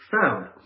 found